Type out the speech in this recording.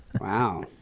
Wow